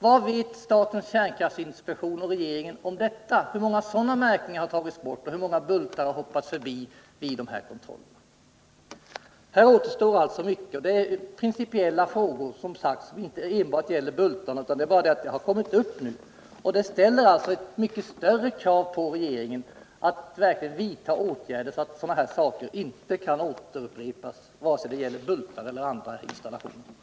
Vad vet statens kärnkraftinspektion och regeringen om detta? Hur många sådana markeringar har tagits bort och hur många bultar har hoppats över vid dessa kontroller? Här återstår alltså mycket. Det är principiella frågor som inte enbart gäller bultarna. Det är bara det att denna fråga kommit upp nu. Detta ställer alltså ett än större krav på regeringen att verkligen vidta åtgärder, så att sådana här saker inte kan upprepas vare sig det gäller bultar eller andra installationer.